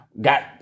got